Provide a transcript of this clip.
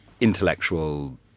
intellectual